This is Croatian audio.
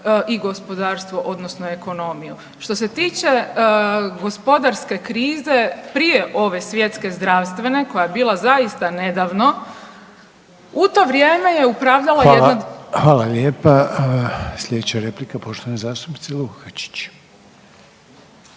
i gospodarstvo odnosno ekonomiju. Što se tiče gospodarske krize prije ove svjetske zdravstvene koja je bila zaista nedavno u to vrijeme je upravljala jedna … **Reiner, Željko (HDZ)** Hvala. Hvala lijepa. Sljedeća replika je poštovane zastupnice Lukačić.